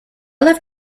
left